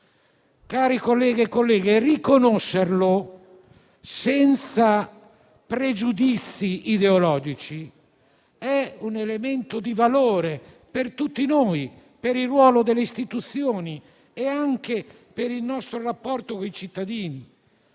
Cari colleghi e colleghe, riconoscerlo senza pregiudizi ideologici è un elemento di valore per tutti noi, per il ruolo delle istituzioni ed anche per il nostro rapporto con i cittadini.